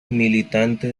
militante